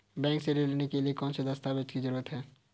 Bank से ऋण लेने के लिए कौन से दस्तावेज की जरूरत है?